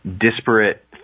disparate